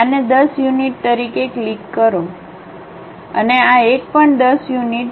આને 10 યુનિટ તરીકે ક્લિક કરો અને આ એક પણ 10 યુનિટ